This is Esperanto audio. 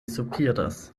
sopiras